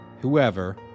Whoever